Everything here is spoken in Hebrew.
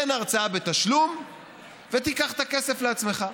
תן הרצאה בתשלום וקח את הכסף לעצמך.